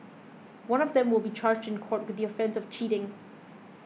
one of them will be charged in court with the offence of cheating